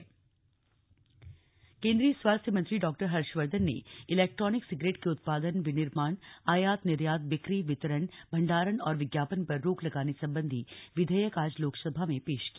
ई cigarette केन्द्रीय स्वास्थ्य मंत्री डॉ हर्षवर्धन ने इलैक्ट्रॉनिक सिगरेट के उत्पादन विनिर्माण आयात निर्यात बिक्री वितरण भंडारण और विज्ञापन पर रोक लगाने संबंधी विधेयक आज लोकसभा में पेश किया